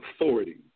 authority